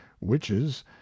witches